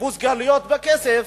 וקיבוץ הגלויות בכסף,